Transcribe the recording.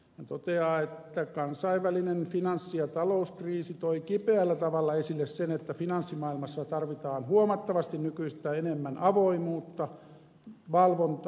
hän toteaa että kansainvälinen finanssi ja talouskriisi toi kipeällä tavalla esille sen että finanssimaailmassa tarvitaan huomattavasti nykyistä enemmän avoimuutta valvontaa ja sääntelyä